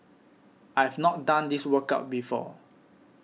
I've not done this workout before